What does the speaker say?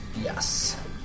Yes